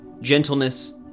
gentleness